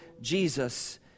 Jesus